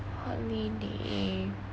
holiday